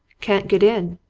can't get in,